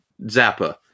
zappa